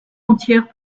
entière